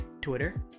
Twitter